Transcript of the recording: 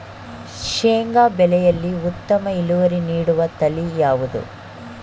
ಶೇಂಗಾ ಬೆಳೆಯಲ್ಲಿ ಉತ್ತಮ ಇಳುವರಿ ನೀಡುವ ತಳಿ ಯಾವುದು?